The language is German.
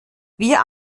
wir